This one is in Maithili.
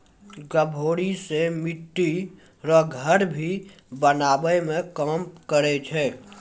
गभोरी से मिट्टी रो घर भी बनाबै मे काम करै छै